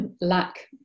lack